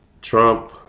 Trump